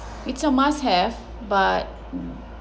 it's a must have but